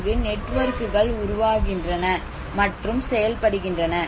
இங்கு நெட்வொர்க்குகள் உருவாகின்றன மற்றும் செயல்படுகின்றன